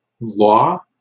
law